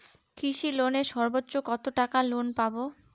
কৃষি লোনে সর্বোচ্চ কত টাকা লোন পাবো?